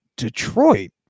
detroit